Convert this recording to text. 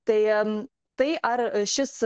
tai šen tai ar šis